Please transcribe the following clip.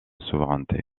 souveraineté